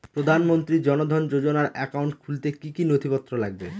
প্রধানমন্ত্রী জন ধন যোজনার একাউন্ট খুলতে কি কি নথিপত্র লাগবে?